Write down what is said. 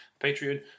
Patreon